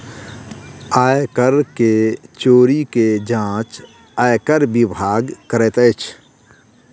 आय कर के चोरी के जांच आयकर विभाग करैत अछि